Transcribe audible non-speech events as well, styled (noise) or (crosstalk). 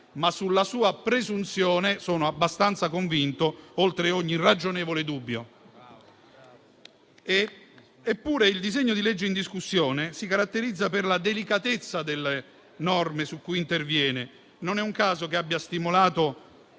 ma sulla sua presunzione sono abbastanza convinto oltre ogni ragionevole dubbio. (applause) Eppure, il disegno di legge in discussione si caratterizza per la delicatezza delle norme su cui interviene. Non è un caso che abbia stimolato